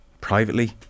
privately